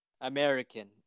American